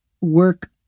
work